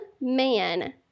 man